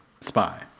spy